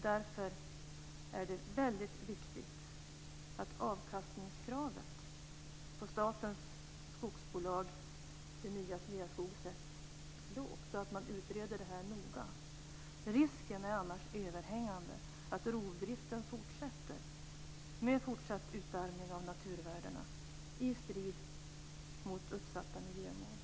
Därför är det väldigt viktigt att avkastningskravet på statens skogsbolag, det nya Sveaskog, sätts lågt och att man utreder det här noga. Annars är risken överhängande att rovdriften fortsätter med fortsatt utarmning av naturvärdena i strid med uppsatta miljömål.